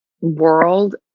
world